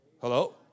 Hello